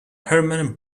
hermann